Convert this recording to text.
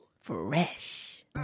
Fresh